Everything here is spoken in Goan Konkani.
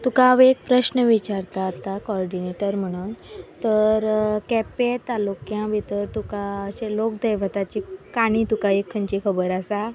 तुका हांव एक प्रस्न विचारतां आतां कॉर्डिनेटर म्हणून तर केपे तालुक्यांत भितर तुका अशे लोक देवताची काणी तुका एक खंयची खबर आसा